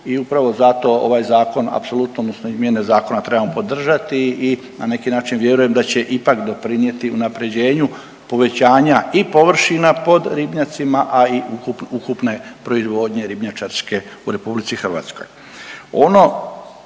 i upravo zato ovaj zakon apsolutno odnosno izmjene zakona trebamo podržati i na neki način vjerujem da će ipak doprinijeti unapređenju povećanja i površina pod ribnjacima, a ukupne proizvodnje ribnjačarske u RH. Ono drugo